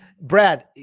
Brad